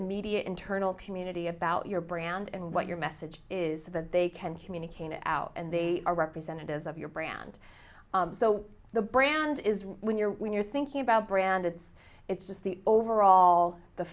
immediate internal community about your brand and what your message is that they can communicate out and they are representatives of your brand so the brand is when you're when you're thinking about brand it's it's just the overall the